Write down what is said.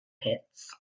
pits